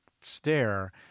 stare